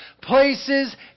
places